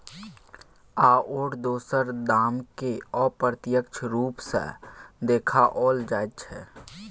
आओर दोसर दामकेँ अप्रत्यक्ष रूप सँ देखाओल जाइत छै